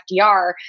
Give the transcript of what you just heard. FDR